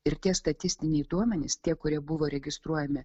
ir tie statistiniai duomenys tie kurie buvo registruojami